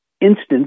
instance